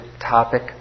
topic